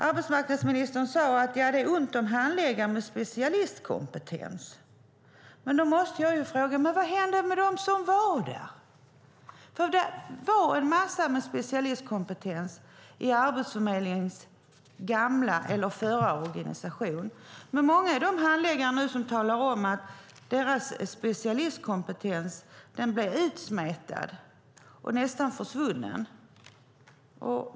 Arbetsmarknadsministern sade att det är ont om handläggare med specialistkompetens. Men då måste jag fråga: Vad hände med dem som fanns där? Det fanns en massa handläggare med specialistkompetens i Arbetsförmedlingens förra organisation. Men många av de handläggarna talar nu om att deras specialistkompetens blivit utsmetad och nästan försvunnen.